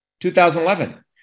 2011